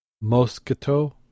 Mosquito